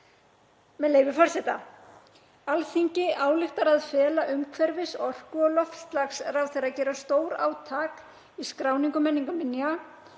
með leyfi forseta: „Alþingi ályktar að fela umhverfis-, orku- og loftslagsráðherra að gera stórátak í skráningu menningarminja,